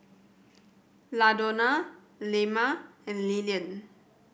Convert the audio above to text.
Ladonna Lemma and Lillian